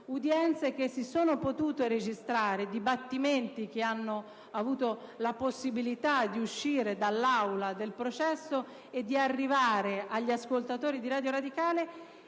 che si sono potute registrare e dibattimenti che hanno avuto la possibilità di uscire dall'aula del processo e di arrivare agli ascoltatori di Radio Radicale;